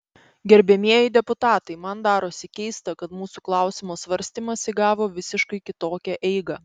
gerbiamieji deputatai man darosi keista kad mūsų klausimo svarstymas įgavo visiškai kitokią eigą